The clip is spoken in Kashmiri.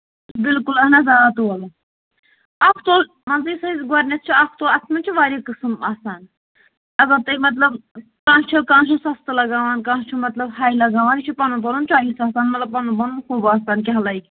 بِلکُل اہن حظ آ تولہٕ اَکھ تولہٕ مان ژٕ یُس أسۍ گۄڈنٮ۪تھ چھُ اکھ تولہٕ اَتھ منٛز چھِ واریاہ قٕسٕم آسان اگر تۄہہِ مطلب کانٛہہ چھُ کانٛہہ چھُ سَستہٕ لگاوان کانٛہہ چھُ مطلب ہاے لگاوان یہِ چھُ پَنُن پَنُن چوٚیِس آسان مطلب پَنُن پَنُن حُب آسان کیٛاہ لَگہِ